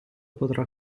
potrà